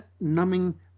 numbing